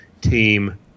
team